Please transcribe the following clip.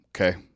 okay